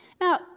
Now